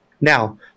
Now